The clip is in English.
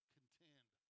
Contend